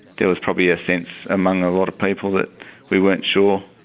there was probably a sense among a lot of people that we weren't sure,